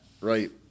right